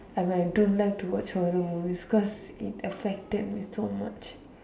I mean I don't like to watch horror movies cause it affected me so much